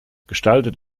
gestaltet